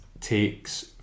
takes